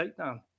takedown